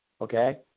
Okay